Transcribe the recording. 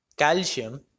calcium